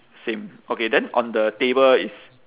same okay then on the table is